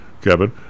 Kevin